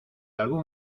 algún